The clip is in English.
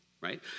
right